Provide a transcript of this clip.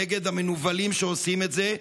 נגד המנוולים שעושים את זה,